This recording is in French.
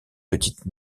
petites